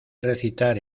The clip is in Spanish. recitar